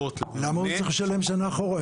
למה הוא צריך לשלם שנה אחורה?